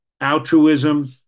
altruism